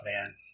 man